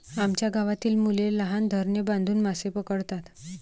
आमच्या गावातील मुले लहान धरणे बांधून मासे पकडतात